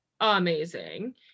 amazing